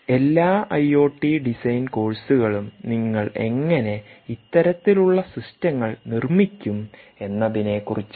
എല്ലാ IoT design കോഴ്സുകളും നിങ്ങൾ എങ്ങനെ ഇത്തരത്തിലുള്ള സിസ്റ്റങ്ങൾ നിർമ്മിക്കും എന്നതിനെക്കുറിച്ചാണ്